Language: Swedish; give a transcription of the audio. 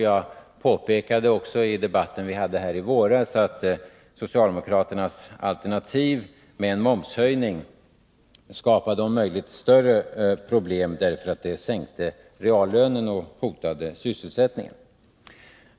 Jag påpekade också i debatten vi hade här i våras om dessa frågor att socialdemokraternas alternativ med en momshöjning skapade större problem, därför att detta skulle sänka reallönerna och hota sysselsättningen.